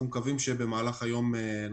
שיאפשרו לנו לחזור ללימודים כבר עכשיו,